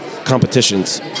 competitions